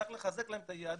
צריך לחזק להם את היהדות.